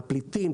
הפליטים,